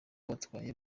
batwaye